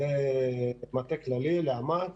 למטה הכללי, לאמ"ץ,